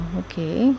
okay